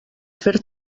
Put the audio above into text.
fer